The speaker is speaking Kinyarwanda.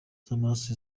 y’amaraso